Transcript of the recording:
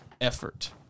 effort